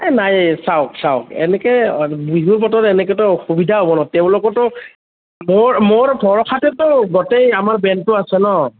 নাই চাওক চাওক এনেকে বিহুৰ বতৰত এনেকেটো অসুবিধা হব ন তেওঁলোকোতো মোৰ মোৰ ভৰষাতেতো গোটেই আমাৰ ব্ৰেণ্ডতো আছে ন